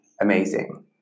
Amazing